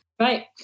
Right